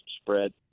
spread